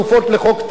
כשכאן יש תמריץ.